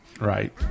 Right